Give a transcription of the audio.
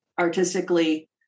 artistically